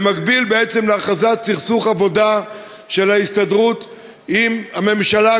במקביל להכרזת סכסוך עבודה של ההסתדרות עם הממשלה,